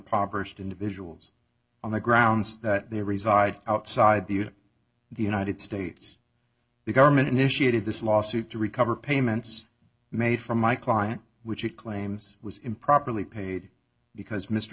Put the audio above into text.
impoverished individuals on the grounds that they reside outside the the united states the government initiated this lawsuit to recover payments made from my client which it claims was improperly paid because mr